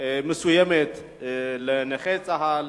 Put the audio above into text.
מסוימת לנכי צה"ל